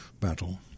battle